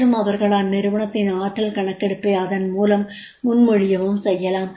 மற்றும் அவர்கள் அந்நிறுவனத்தின் ஆற்றல் கணக்கெடுப்பை அதன்மூலம் முன்மொழியவும் செய்யலாம்